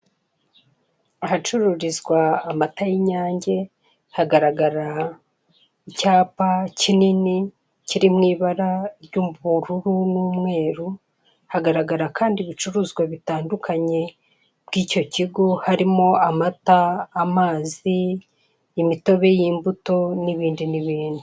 Ahacururizwa amata y'inyange, hagaragara icyapa kinini, kiri mu ibara ry'ubururu n'umweru, hagaragara kandi ibicuruzwa bitandukanye by'icyo kigo, harimo amata, amazi, imitobe y'imbuto, n'ibindi, n'ibindi.